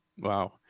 wow